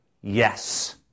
Yes